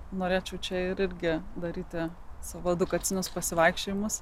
norėčiau čia irgi daryti savo edukacinius pasivaikščiojimus